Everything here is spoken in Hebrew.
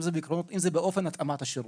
אם בעקרונות ואם באופן התאמת השירות.